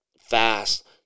fast